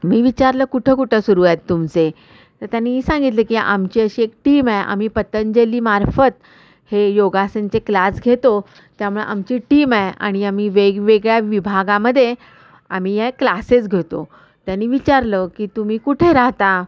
मी विचारलं कुठं कुठं सुरू आहेत तुमचे तर तर त्यानी सांगितले की आमची अशी एक टीम आहे आम्ही पतंजलीमार्फत हे योगासनचे क्लास घेतो त्यामुळे आमची टीम आहे आणि आम्ही वेगवेगळ्या विभागामध्ये आम्ही या क्लासेस घेतो त्यानी विचारलं की तुम्ही कुठे राहता